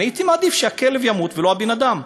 אני הייתי מעדיף שהכלב ימות ולא הבן-אדם,